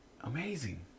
amazing